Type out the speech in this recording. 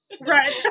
Right